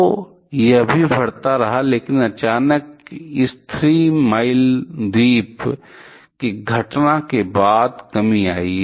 तो यह भी बढ़ता रहा लेकिन अचानक इस थ्री माइल द्वीप की घटना के बाद कमी आई है